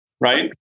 right